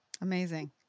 Amazing